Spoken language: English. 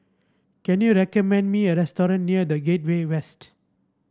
can you recommend me a restaurant near The Gateway West